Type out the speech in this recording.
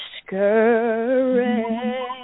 discouraged